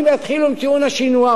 אם יתחילו עם טיעון השינוע,